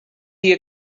hie